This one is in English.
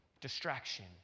distraction